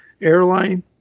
airline